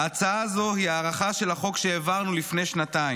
ההצעה הזו היא הארכה של החוק שהעברנו לפני שנתיים,